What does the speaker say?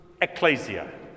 ecclesia